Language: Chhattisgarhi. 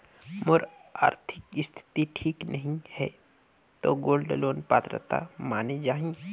मोर आरथिक स्थिति ठीक नहीं है तो गोल्ड लोन पात्रता माने जाहि?